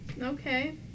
Okay